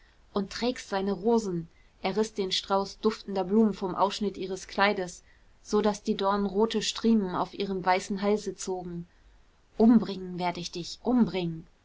und trägst seine rosen er riß den strauß duftender blumen vom ausschnitt ihres kleides so daß die dornen rote striemen auf ihrem weißen halse zogen umbringen werd ich dich umbringen